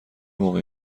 موقع